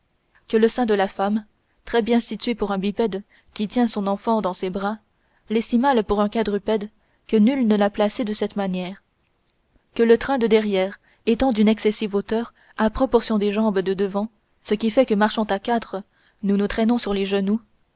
que le sein de la femme très bien situé pour un bipède qui tient son enfant dans ses bras l'est si mal pour un quadrupède que nul ne l'a placé de cette manière que le train de derrière étant d'une excessive hauteur à proportion des jambes de devant ce qui fait que marchant à quatre nous nous traînons sur les genoux